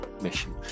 mission